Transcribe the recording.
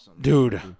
Dude